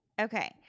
Okay